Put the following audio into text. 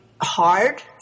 hard